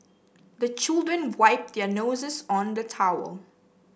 the children wipe their noses on the towel